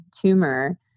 tumor